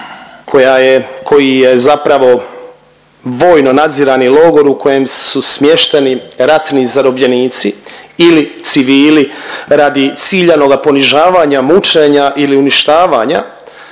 koji je zapravo vojno nadzirani logor u kojem su smješteni ratni zarobljenici ili civili radi ciljanoga ponižavanja, mučenja ili uništavanja,